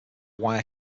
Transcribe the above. wire